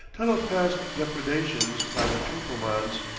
tell of past depredations by the turkomans.